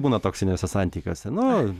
būna toksiniuose santykiuose nu